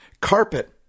carpet